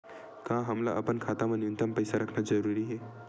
का हमला अपन खाता मा न्यूनतम पईसा रखना जरूरी हे?